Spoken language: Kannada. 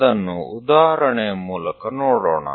ಅದನ್ನು ಉದಾಹರಣೆಯ ಮೂಲಕ ನೋಡೋಣ